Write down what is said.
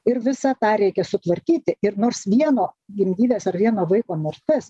ir visą tą reikia sutvarkyti ir nors vieno gimdyvės ar vieno vaiko mirtis